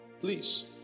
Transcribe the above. please